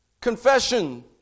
confession